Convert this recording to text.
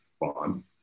bond